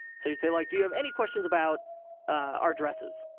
so you'd say, like, do you have any questions about our dresses,